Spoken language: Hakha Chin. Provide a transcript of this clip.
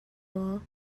maw